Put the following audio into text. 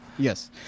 Yes